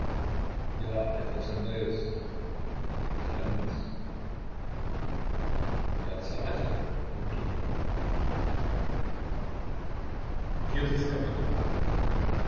ja etwas neues fremdes er zahlte und ging